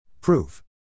Proof